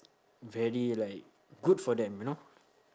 very like good for them you know